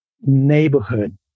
neighborhood